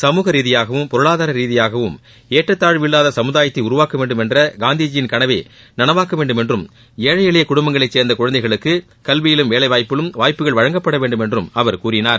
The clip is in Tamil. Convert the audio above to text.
சமூக ரீதியாகவும் பொருளாதார ரீதியாகவும் ஏற்றதாழ்வு இல்லாத சமுதாயத்தை உருவாக்க வேண்டும் என்ற காந்திஜியின் கனவை நனவாக்க வேண்டும் என்றும் ஏழை எளிய குடுப்பங்களை சேர்ந்த குழந்தைகளுக்கு கல்வியிலும் வேலைவாய்ப்பிலும் வாய்ப்புகள் வழங்கப்பட வேண்டும் என்று அவர் கூறினார்